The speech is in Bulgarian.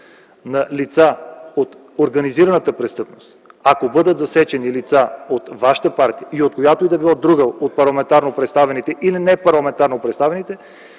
на лица от организираната престъпност, ако бъдат засечени лица от вашата партия и от която и да било друга от парламентарно представените или извън парламентарно представените